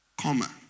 Comma